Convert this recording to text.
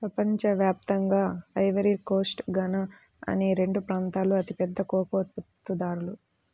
ప్రపంచ వ్యాప్తంగా Ivory Coast, Ghana అనే రెండు ప్రాంతాలూ అతిపెద్ద కోకో ఉత్పత్తిదారులు